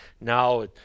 Now